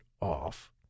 off